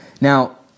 Now